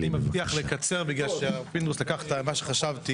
אני מבטיח לקצר, בגלל שפינדרוס לקח את מה שחשבתי.